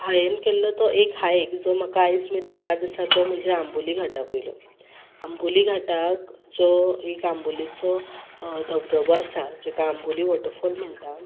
हांयेन केल्लो तो एक हायक जो म्हाका आयज मेरेन याद आसा तो म्हणजे आंबोली घाटा वयलो आंबोली घाटाक जो एक आंबोलेचो धबधबो आसा जेका आंबोली वॉटरफॉल म्हणटा